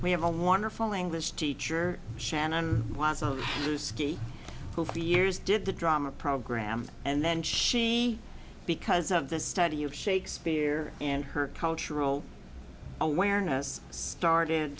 we have a wonderful english teacher shannon was a risky over the years did the drama program and then she because of the study of shakespeare and her cultural awareness started